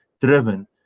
driven